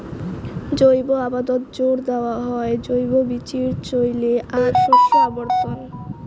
জৈব আবাদত জোর দ্যাওয়া হয় জৈব বীচির চইলে আর শস্য আবর্তন